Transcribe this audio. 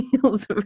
feels